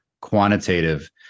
quantitative